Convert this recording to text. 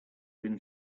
been